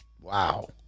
Wow